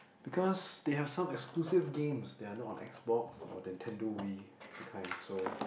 because they have some exclusive games that are not on Xbox or Nintendo Wii that kind so